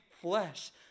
flesh